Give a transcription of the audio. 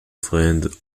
friend